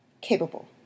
capable